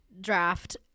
draft